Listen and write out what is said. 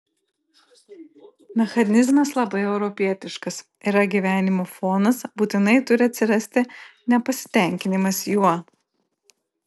mechanizmas labai europietiškas yra gyvenimo fonas būtinai turi atsirasti nepasitenkinimas juo